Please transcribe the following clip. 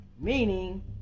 meaning